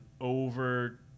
over –